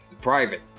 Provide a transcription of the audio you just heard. private